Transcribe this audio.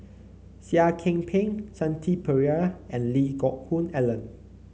Seah Kian Peng Shanti Pereira and Lee Geck Hoon Ellen